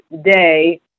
day